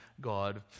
God